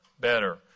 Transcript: better